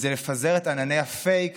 זה לפזר את ענני הפייק